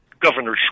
Governor